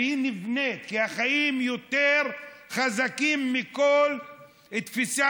והיא נבנית כי החיים יותר חזקים מכל תפיסה